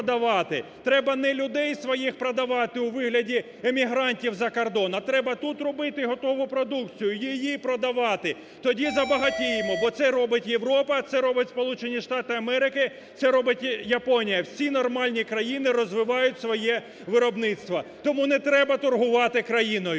треба не людей своїх продавати у вигляді емігрантів за кордон, а треба тут робити готову продукцію, її продавати, тоді забагатіємо, бо це робить Європа, це робить Сполучені штати Америки, це робить Японія, всі нормальні країни розвивають своє виробництво, тому не треба торгувати країною.